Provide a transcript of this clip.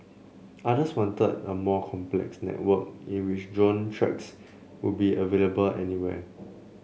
others wanted a more complex network in which drone tracks would be available anywhere